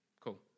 Cool